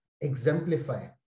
exemplify